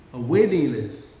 a waiting list.